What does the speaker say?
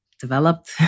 developed